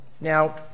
Now